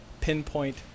pinpoint